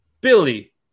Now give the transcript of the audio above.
billy